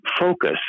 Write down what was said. focus